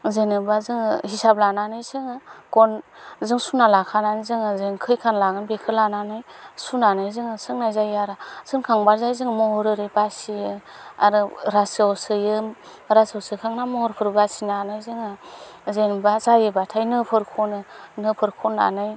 जेनेबा जोङो हिसाब लानानै जोङो गनजों सुना लाखानानै जोङो जों खैखान लागोन बेखौ लानानै सुनानै जोङो सोंनाय जायो आरो सोंखांबाथाय जों महर आरि बासियो आरो रासोआव सोयो रासोआव सोखांना महरफोर बासिनानै जोंहा जेनेबा जायोबाथाय नोफोर खनो नोफोर खननानै